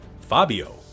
Fabio